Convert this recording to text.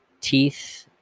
teeth